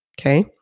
Okay